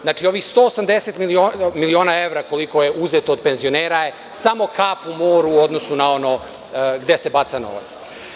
Znači ovih 180 miliona evra koliko je uzeto od penzionera je samo kap u moru u odnosu na ono gde se baca novac.